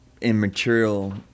immaterial